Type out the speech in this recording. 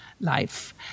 life